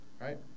Right